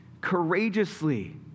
courageously